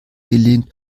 gelehnt